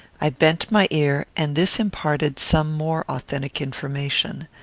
i bent my ear, and this imparted some more authentic information.